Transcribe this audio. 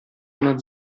una